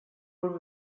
were